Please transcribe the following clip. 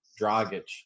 Dragic